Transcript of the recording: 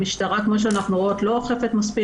המשטרה לא אוכפת מספיק.